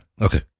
Okay